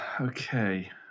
Okay